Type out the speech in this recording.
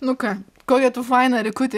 nu ką kokia tu faina erikute